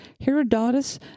Herodotus